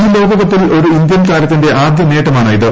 ഈ ലോകകപ്പിൽ ഒരു ഇന്ത്യൻ താരത്തിന്റെ ആദ്യ നേട്ടമാണിത്